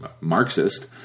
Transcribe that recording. Marxist